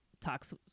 talks